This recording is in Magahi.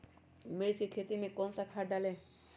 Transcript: मिर्च की खेती में कौन सा खाद डालें?